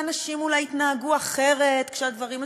ואנשים אולי יתנהגו אחרת כשהדברים מצולמים,